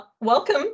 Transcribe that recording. Welcome